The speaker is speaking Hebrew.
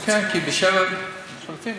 כן, כי ב-07:00 מתחלפים.